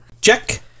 Check